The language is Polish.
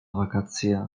wakacje